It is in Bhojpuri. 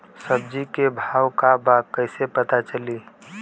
सब्जी के भाव का बा कैसे पता चली?